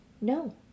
No